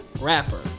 rapper